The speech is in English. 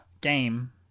game